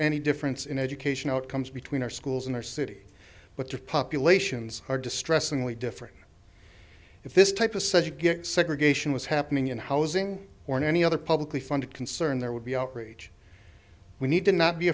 any difference in education outcomes between our schools in our city but their populations are distressingly different if this type of segregation was happening in housing or in any other publicly funded concern there would be outrage we need to not be